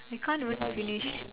we can't even finish